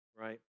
right